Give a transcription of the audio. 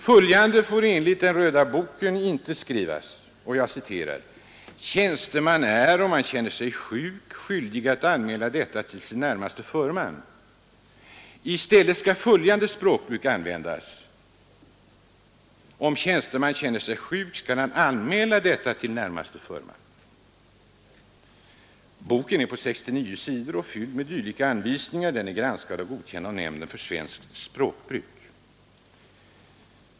Följande bör enligt denna ”Röda bok” inte skrivas: ”Tjänsteman är, om han känner sig sjuk, skyldig att anmäla detta till sin närmaste förman.” I stället skall följande språkbruk användas: ”Om tjänsteman känner sig sjuk, skall han anmäla det till sin närmaste förman.” Boken är på 69 sidor och fylld med dylika anvisningar. Den är granskad och godkänd av Nämnden för svensk språkvård.